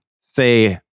say